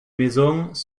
maisons